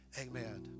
Amen